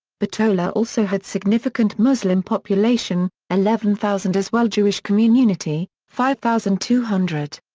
bitola also had significant muslim population eleven thousand as well jewish commununity five thousand two hundred.